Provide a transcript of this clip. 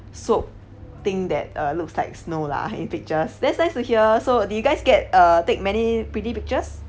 soap thing that uh looks like snow lah in pictures that's nice to hear so did you guys get uh take many pretty pictures